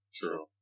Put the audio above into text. true